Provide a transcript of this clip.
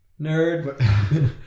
Nerd